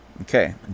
Okay